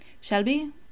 Shelby